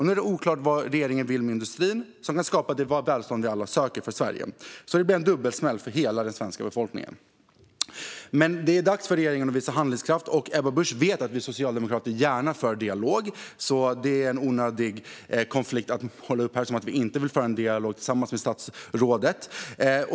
Nu är det oklart vad regeringen vill med industrin, som kan skapa det välstånd vi alla söker för Sverige. Det blir en dubbelsmäll för hela Sveriges befolkning. Nu är det dags för regeringen att visa handlingskraft. Ebba Busch vet att vi socialdemokrater gärna har en dialog. Det blir en onödig konflikt att måla upp att vi inte vill föra en dialog med statsrådet.